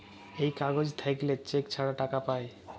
এই কাগজ থাকল্যে চেক ছাড়া টাকা পায়